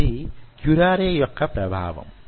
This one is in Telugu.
ఇది క్యురారె యొక్క ప్రభావము